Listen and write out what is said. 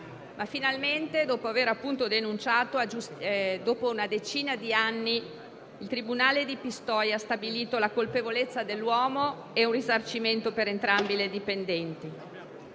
di anni dalla denuncia, il tribunale di Pistoia ha stabilito la colpevolezza dell'uomo e un risarcimento per entrambe le dipendenti.